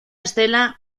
escena